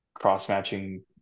cross-matching